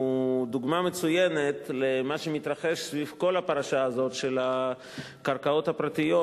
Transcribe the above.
הוא דוגמה מצוינת למה שמתרחש סביב כל הפרשה הזאת של הקרקעות הפרטיות,